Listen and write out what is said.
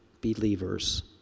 believers